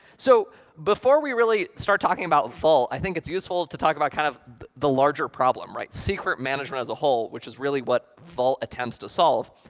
so before we really start talking about vault, i think it's useful to talk about kind of the larger problem, right secret management as a whole, which is really what vault attempts to solve.